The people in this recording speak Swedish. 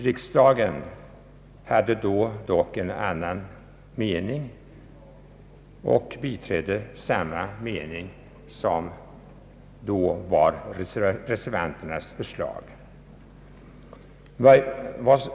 Riksdagen hade dock inte samma mening utan biträdde då reservanternas förslag.